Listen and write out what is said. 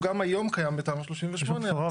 הוא גם היום קיים בתמ"א 38. יש בו בשורה,